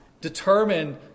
determined